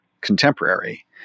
contemporary